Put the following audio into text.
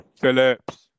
Phillips